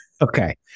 Okay